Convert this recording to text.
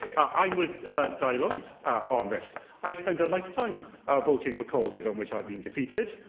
i'm with dai lloyd on this. i've spent a lifetime voting for causes on which i've been defeated.